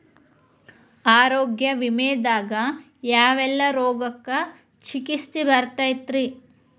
ಆರೋಗ್ಯ ವಿಮೆದಾಗ ಯಾವೆಲ್ಲ ರೋಗಕ್ಕ ಚಿಕಿತ್ಸಿ ಬರ್ತೈತ್ರಿ?